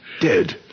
Dead